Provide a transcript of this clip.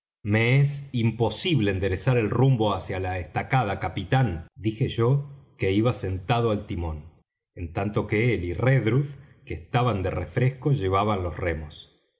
es imposible enderezar el rumbo hacia la estacada capitán dije yo que iba sentado al timón en tanto que él y redruth que estaban de refresco llevaban los remos